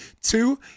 Two